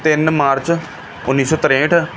ਤਿੰਨ ਮਾਰਚ ਉੱਨੀ ਸੌ ਤ੍ਰੇਹਠ